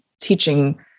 teaching